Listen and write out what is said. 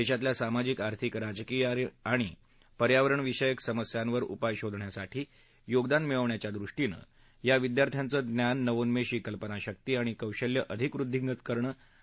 देशातल्या सामाजिक आर्थिक राजकीय आणि पर्यावरण विषयक समस्यांवर उपाय शोधण्यासाठी योगदान मिळवण्याच्या दृष्टीनं या विद्यार्थ्यांचं ज्ञान नवोन्मेषी कल्पनाशक्ती आणि कौशल्य अधिक वृद्धिंगत करणं हा या कार्यक्रमाचा उद्देश आहे